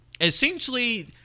essentially